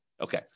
Okay